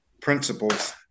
principles